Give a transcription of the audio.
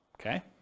Okay